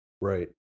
Right